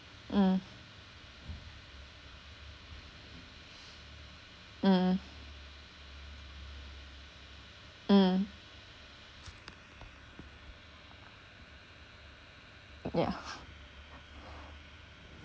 mmhmm mmhmm mmhmm yah